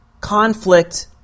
conflict